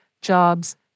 jobs